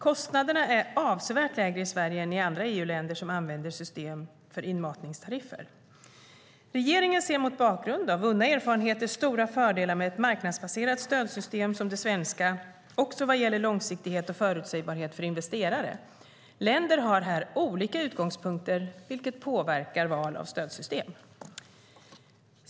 Kostnaderna är avsevärt lägre i Sverige än i andra EU-länder som använder system för inmatningstariffer. Regeringen ser mot bakgrund av vunna erfarenheter stora fördelar med ett marknadsbaserat stödsystem som det svenska, också vad gäller långsiktighet och förutsägbarhet för investerare. Länder har här olika utgångspunkter, vilket påverkar val av stödsystem.